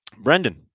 Brendan